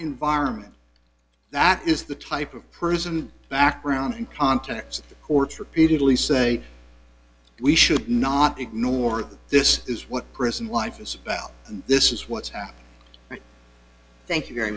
environment that is the type of prison background and context the courts repeatedly say we should not ignore this is what prison life is about this is what's happening thank you very